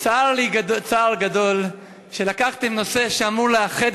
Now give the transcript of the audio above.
לי צער גדול שלקחתם נושא שאמור לאחד